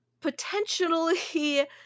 potentially